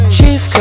Chief